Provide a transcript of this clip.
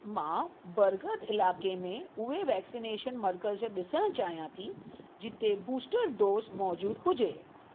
मां बरगद इलाइक़े में उहे वैक्सिनेशन मर्कज़ ॾिसण चाहियां थी जिते बूस्टर डोज़ मौजूदु हुजे